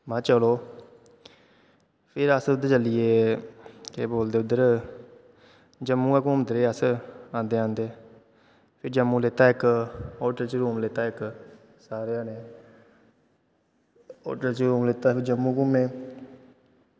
महां चलो फिर अस उद्धर चली गे केह् बोलदे उद्धर जम्मू गै घूमदे रेह् अस आंदे आंदे फ्ही जम्मू च लैत्ता इक होटल च रूम लैत्ता इक सारें जनें होटल च रूम लैत्ता फिर जम्मू घूमे